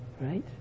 Right